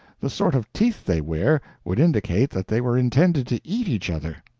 the sort of teeth they wear would indicate that they were intended to eat each other.